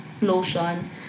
lotion